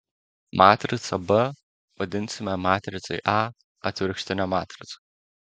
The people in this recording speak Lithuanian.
matricą b vadinsime matricai a atvirkštine matrica